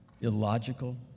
illogical